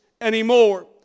anymore